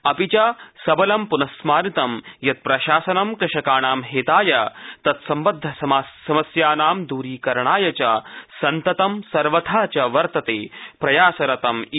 अपि च सबलं पुनःस्मारितं यत् प्रशासनं कृषकाणां हिताय तत्सम्बद्ध समस्यानां द्रीकरणाय सन्ततं सर्वथा च वर्तते प्रयासरतम् इति